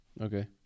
Okay